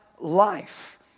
life